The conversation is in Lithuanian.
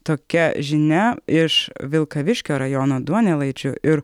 tokia žinia iš vilkaviškio rajono duonelaičių ir